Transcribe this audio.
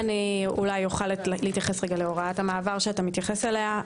אתייחס להוראת המעבר שאתה מתייחס אליה.